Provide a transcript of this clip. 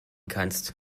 kannst